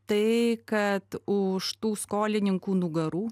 tai kad už tų skolininkų nugarų